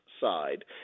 side